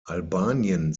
albanien